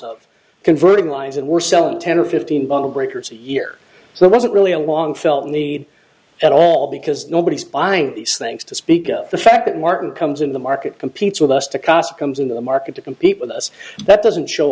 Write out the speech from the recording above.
of converting lines and we're selling ten or fifteen bottle breakers a year so it wasn't really a long felt need at all because nobody's buying these things to speak of the fact that martin comes in the market competes with us to cost comes in the market to compete with us that doesn't show